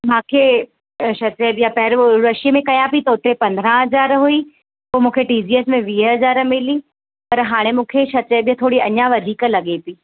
मांखे छा चइबी आहे पहिरियों उर्वशी में कया पेई त उते पंद्रहां हज़ार हुई पोइ मूंखे टी जी एस में वीह हज़ार मिली पर हाणे मूंखे छा चइबी आहे अञा वधीक लॻे पेई